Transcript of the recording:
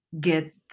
get